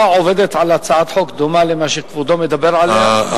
עובדת על הצעת חוק דומה למה שכבודו מדבר עליה.